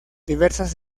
diversas